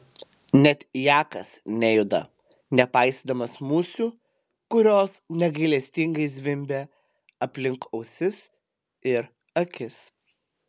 net jakas nejuda nepaisydamas musių kurios negailestingai zvimbia aplink ausis ir akis